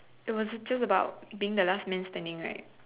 it was just about being the last man standing right